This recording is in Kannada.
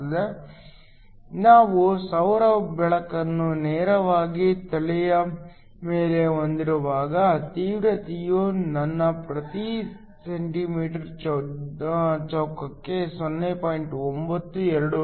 ಆಗಿದ್ದಾಗ ನಾವು ಸೌರ ಬೆಳಕನ್ನು ನೇರವಾಗಿ ತಲೆಯ ಮೇಲೆ ಹೊಂದಿರುವಾಗ ತೀವ್ರತೆಯು ನಾನು ಪ್ರತಿ ಸೆಂಟಿಮೀಟರ್ ಚೌಕಕ್ಕೆ 0